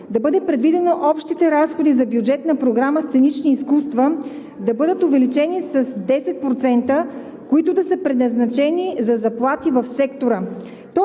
предлагаме предвидените общи разходи за бюджетна програма „Сценични изкуства“ да бъдат увеличени с 10%, които да са предназначени за заплати в сектора.